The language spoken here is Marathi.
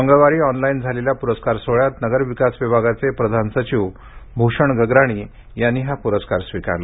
मंगळवारी ऑनलाइन झालेल्या पुरस्कार सोहळ्यात नगरविकास विभागाचे प्रधान सचिव भूषण गगराणी यांनी हा पुरस्कार स्वीकारला